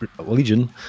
Legion